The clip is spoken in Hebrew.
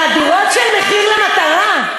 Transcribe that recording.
על הדירות של מחיר מטרה.